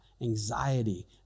anxiety